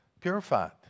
purified